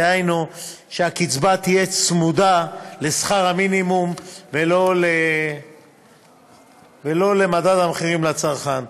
דהיינו הקצבה תהיה צמודה לשכר המינימום ולא למדד המחירים לצרכן.